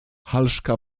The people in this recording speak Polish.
halszka